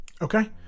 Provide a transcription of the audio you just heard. Okay